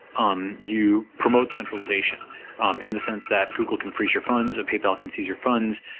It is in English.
um you promote centralization um in the sense that google can freeze your funds, or paypal can seize your funds.